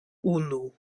unu